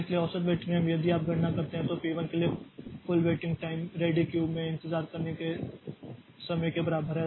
इसलिए औसत waiting time यदि आप गणना करते हैं तो पी 1 के लिए कुल वेटिंग टाइम रेडी क्यू में इंतजार करने के समय के बराबर है